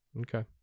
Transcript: okay